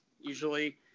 Usually